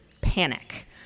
panic